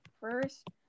first